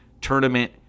tournament